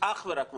אך ורק מקוון,